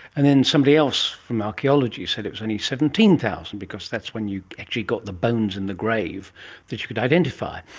and then somebody else from archaeology said it was only seventeen thousand because that's when you actually got the bones in the grave that you could identify.